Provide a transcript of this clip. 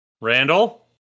Randall